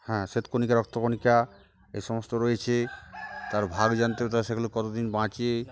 হ্যাঁ শ্বেতকণিকা রক্তকণিকা এই সমস্ত রয়েছে তার ভাগ জানতে ও তারা সেগুলো কত দিন বাঁচে